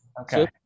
Okay